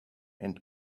and